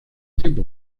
tiempo